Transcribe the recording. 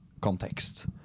context